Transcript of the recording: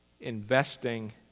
investing